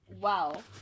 Wow